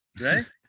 right